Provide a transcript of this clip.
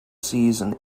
season